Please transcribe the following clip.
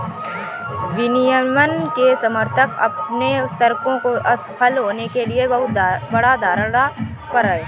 विनियमन के समर्थक अपने तर्कों को असफल होने के लिए बहुत बड़ा धारणा पर हैं